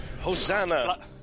Hosanna